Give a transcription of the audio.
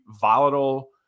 volatile